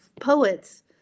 poets